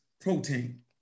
protein